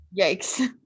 yikes